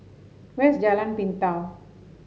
where is Jalan Pintau